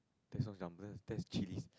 that's not that's Chillis